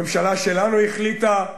הממשלה שלנו החליטה,